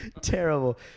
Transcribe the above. terrible